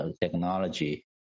technology